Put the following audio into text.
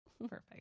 Perfect